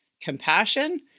compassion